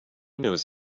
knows